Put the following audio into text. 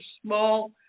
small